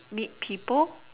meet people